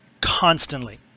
constantly